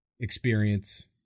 experience